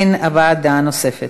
אין דעה נוספת.